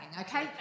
okay